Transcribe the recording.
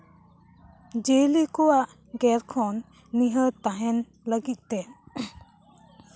ᱡᱤᱭᱟᱹᱞᱤ ᱠᱚᱣᱟᱜ ᱜᱮᱨ ᱠᱷᱚᱱ ᱱᱤᱦᱟᱹ ᱛᱟᱦᱮᱱ ᱞᱟᱹᱜᱤᱫ ᱛᱮ